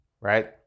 Right